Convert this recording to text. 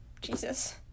Jesus